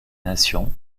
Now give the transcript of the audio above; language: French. nations